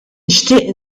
nixtieq